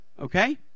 Okay